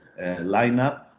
lineup